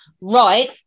Right